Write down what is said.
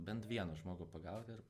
bent vieną žmogų pagauti ir